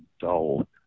dull